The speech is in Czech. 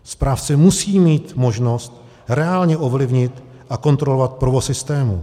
Správce musí mít možnost reálně ovlivnit a kontrolovat provoz systému.